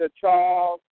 Charles